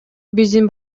биздин